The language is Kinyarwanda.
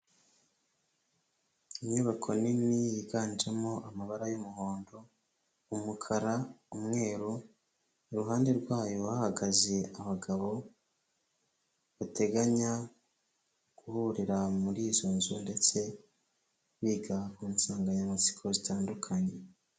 Inyubako nini yiganjemo amabara y'umuhondo, umukara, umweru, iruhande rwayo hahagaze abagabo bateganya guhurira muri izo nzu ndetse biga ku nsanganyamatsiko zitandukanye.